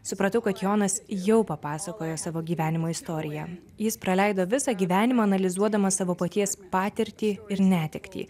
supratau kad jonas jau papasakojo savo gyvenimo istoriją jis praleido visą gyvenimą analizuodamas savo paties patirtį ir netektį